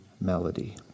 melody